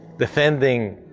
defending